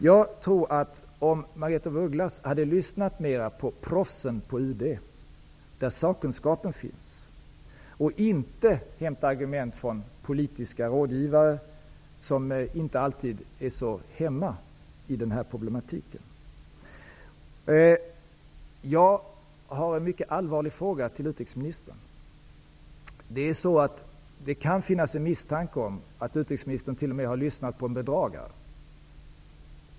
Jag tycker att Margaretha af Ugglas mera borde ha lyssnat på proffsen på UD, där sakkunskapen finns, och inte hämtat argument från politiska rådgivare som inte alltid är så hemma i denna problematik. Jag har en mycket allvarlig fråga till utrikesministern. Det kan finnas en misstanke om att utrikesministern t.o.m. har lyssnat på en bedragare.